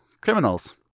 Criminals